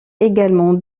également